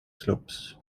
slopes